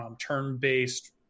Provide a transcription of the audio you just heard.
turn-based